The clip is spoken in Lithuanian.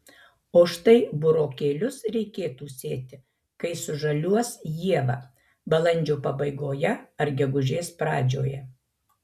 o štai burokėlius reikėtų sėti kai sužaliuos ieva balandžio pabaigoje ar gegužės pradžioje